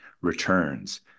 returns